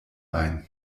ein